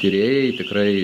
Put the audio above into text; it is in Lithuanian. tyrėjai tikrai